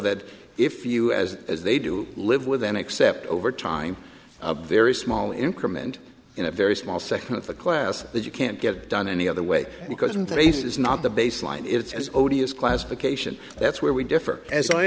that if you as as they do live within except over time a very small increment in a very small section of the class that you can't get done any other way because in the race is not the baseline it's as odious classification that's where we differ as i